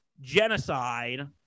genocide